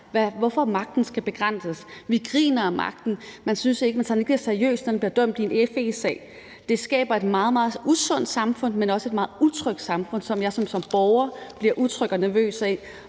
hvorfor magten skal begrænses. Vi griner ad magten. Man tager det ikke seriøst i forhold til at blive dømt i en FE-sag. Det skaber et meget, meget usundt samfund, men også et meget utrygt samfund, som jeg som borger bliver utryg og nervøs af.